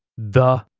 the.